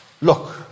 Look